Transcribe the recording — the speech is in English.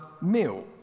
meal